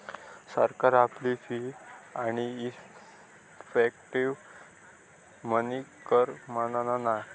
सरकार आपली फी आणि इफेक्टीव मनी कर मानना नाय